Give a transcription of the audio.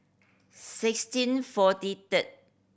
sixteen forty third